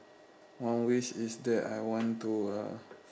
one wish is that I want to uh